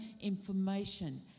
information